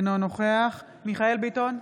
אינו נוכח מיכאל מרדכי ביטון,